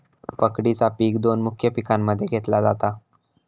पकडीचा पिक दोन मुख्य पिकांमध्ये घेतला जाता